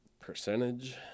percentage